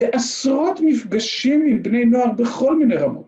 ‫עשרות מפגשים עם בני נוער ‫בכל מיני רמות.